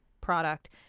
product